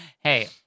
hey